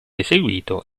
eseguito